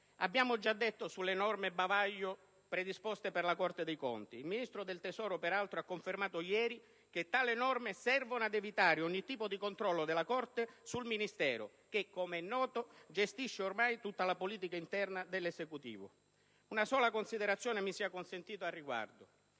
Abbiamo già detto delle norme bavaglio predisposte per la Corte dei conti. Il Ministro del tesoro ha confermato ieri che tali norme servono ad evitare ogni tipo di controllo della Corte sul suo Ministero che, come è noto, gestisce ormai tutta la politica interna dell'Esecutivo. Una sola considerazione mi sia consentita al riguardo: